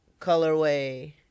colorway